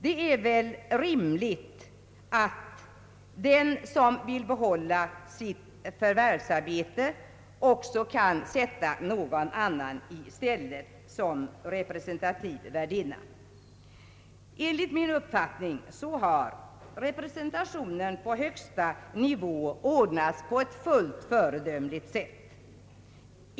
Det är väl också rimligt att den som vill behålla sitt förvärvsarbete kan sätta någon annan i stället som representativ värdinna. Enligt min uppfattning har representationen på högsta nivå ordnats på ett fullt föredömligt sätt.